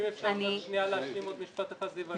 אם אפשר רק להשלים עוד משפט אחד, זיוה, ברשותך.